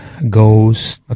Goes